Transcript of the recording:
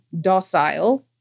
docile